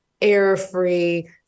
air-free